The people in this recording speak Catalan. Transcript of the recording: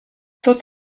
tot